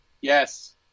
Yes